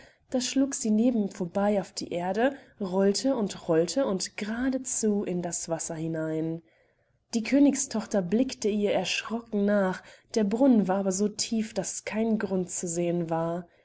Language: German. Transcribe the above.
da schlug sie neben vorbei auf die erde rollte und rollte und geradezu in das wasser hinein die königstochter blickte ihr erschrocken nach der brunnen war aber so tief daß kein grund zu sehen war